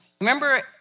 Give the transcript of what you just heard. Remember